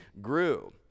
grew